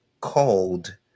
called